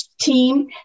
team